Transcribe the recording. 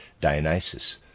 Dionysus